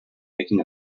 making